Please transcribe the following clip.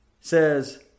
says